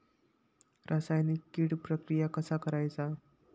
रासायनिक कीड प्रक्रिया कसा करायचा?